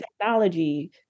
technology